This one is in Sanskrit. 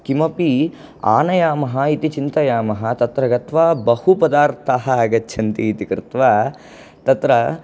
किमपि आनयामः इति चिन्तयामः तत्र गत्वा बहुपदार्थः आगच्छन्ति इति कृत्वा तत्र